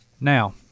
Now